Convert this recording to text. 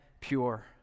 pure